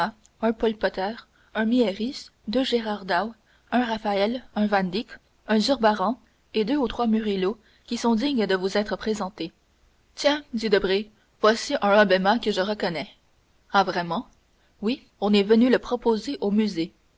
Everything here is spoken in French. un paul potter un mieris deux gérard dow un raphaël un van dyck un zurbaran et deux ou trois murillo qui sont dignes de vous être présentés tiens dit debray voici un hobbema que je reconnais ah vraiment oui on est venu le proposer au musée